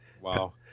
Wow